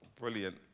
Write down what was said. brilliant